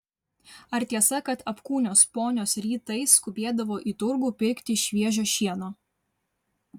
ar tiesa kad apkūnios ponios rytais skubėdavo į turgų pirkti šviežio šieno